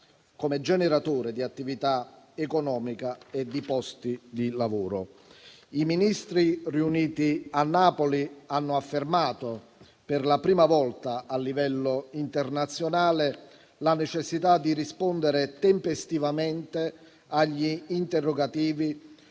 come generatore di attività economica e di posti di lavoro; i Ministri ivi riuniti hanno affermato, per la prima volta a livello internazionale, la necessità di rispondere tempestivamente agli interrogativi,